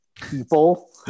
people